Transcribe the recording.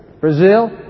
Brazil